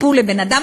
לטיפול לבן-אדם,